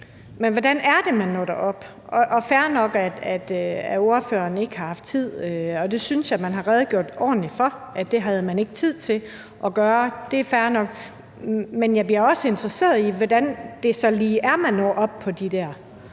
Men hvordan er det, man når derop? Det er fair nok, at man ikke havde tid, og det synes jeg man har redegjort ordentlig for. Det er fair nok, at det havde man ikke lige tid til at gøre. Men jeg bliver også interesseret i, hvordan det så lige er, man når op på de der